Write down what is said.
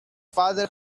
father